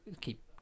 keep